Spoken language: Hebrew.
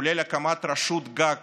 כולל הקמת רשות גג